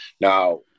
Now